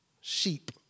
sheep